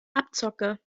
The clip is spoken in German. abzocke